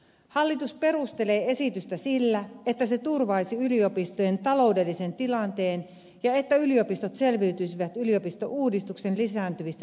hallitus perustelee esitystä sillä että se turvaisi yliopistojen taloudellisen tilanteen ja että yliopistot selviytyisivät yliopistouudistuksen lisääntyvistä taloudellisista velvoitteista